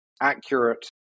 accurate